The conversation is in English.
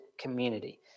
community